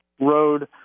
road